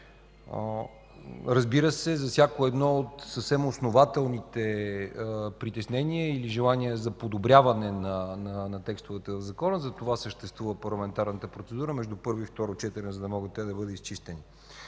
Разбира се, за всяко едно от съвсем основателните притеснения или желания за подобряване на текстовете в закона – затова съществува парламентарната процедура между първо и второ четене, за да могат те да бъдат изчистени.